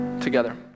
together